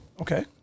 Okay